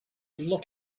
look